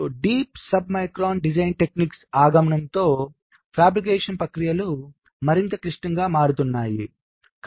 లోతైన submicron design టెక్నాలజీల ఆగమనంతో ఫాబ్రికేషన్ ప్రక్రియలు మరింత క్లిష్టంగా మారుతున్నాయని